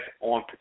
on